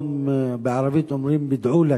בערבית אומרים "בּידעוא לכּ",